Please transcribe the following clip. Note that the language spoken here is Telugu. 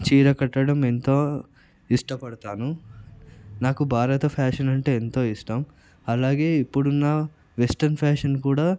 చీర కట్టడం ఎంతో ఇష్టపడతాను నాకు భారత ఫ్యాషన్ అంటే ఎంతో ఇష్టం అలాగే ఇప్పుడున్న వెస్ట్రన్ ఫ్యాషన్ కూడా